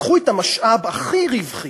לקחו את המשאב הכי רווחי,